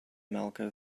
malco